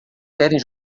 querem